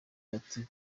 bati